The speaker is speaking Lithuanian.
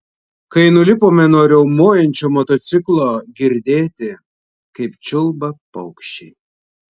kai nulipome nuo riaumojančio motociklo girdėti kaip čiulba paukščiai